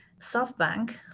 SoftBank